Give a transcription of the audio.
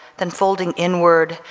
then folding inward,